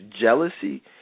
jealousy